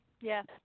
yes